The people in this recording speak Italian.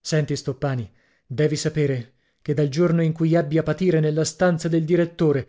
senti stoppani devi sapere che dal giorno in cui ebbi a patire nella stanza del direttore